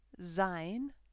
sein